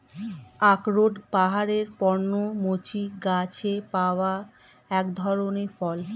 আখরোট পাহাড়ের পর্ণমোচী গাছে পাওয়া এক ধরনের ফল